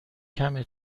کمه